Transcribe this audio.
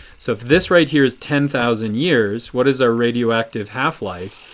so if this right here is ten thousand years, what is our radioactive half-life?